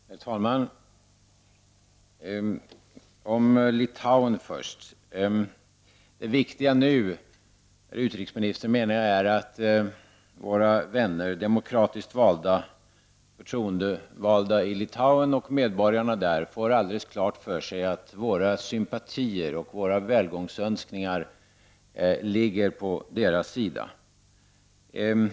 Herr talman! Om Litauen först. Det viktiga nu, herr utrikesminister, menar jag är att våra vänner demokratiskt utsedda förtroendevalda i Litauen och medborgarna där får alldeles klart för sig att våra sympatier och våra välgångsönskningar ligger på deras sida.